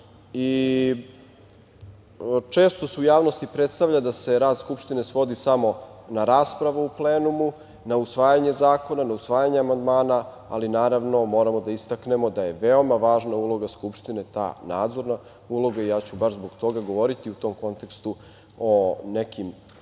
se u javnosti predstavlja da se rad Skupštine svodi samo na raspravu u plenumu, na usvajanje zakona, na usvajanje amandmana, ali moramo da istaknemo da je veoma važna uloga Skupštine, ta nadzorna uloga i baš zbog toga ću govoriti u tom kontekstu o nekim